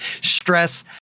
stress